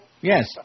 Yes